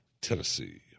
Tennessee